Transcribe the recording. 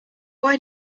why